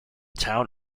town